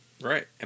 Right